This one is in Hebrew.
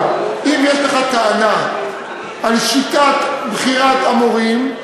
אם יש לך טענה על שיטת בחירת המורים,